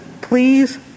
please